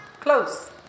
close